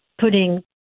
putting